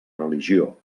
religió